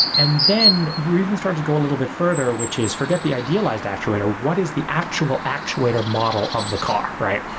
and then we even started to go a little bit further, which is forget the idealized actuator, what is the actual actuator model of the car, right?